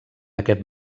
aquest